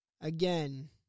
Again